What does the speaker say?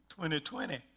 2020